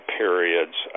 periods